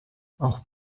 auch